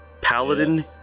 Paladin